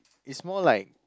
it's more like